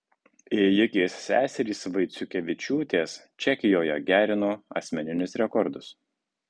ėjikės seserys vaiciukevičiūtės čekijoje gerino asmeninius rekordus